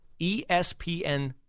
ESPN